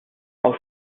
aus